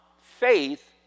faith